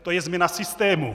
To je změna systému.